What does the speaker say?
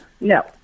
no